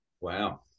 Wow